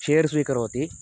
share स्वीकरोति